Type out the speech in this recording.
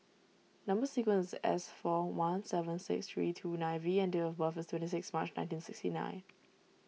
Number Sequence is S four one seven six three two nine V and date of birth is twenty six March nineteen sixty nine